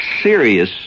serious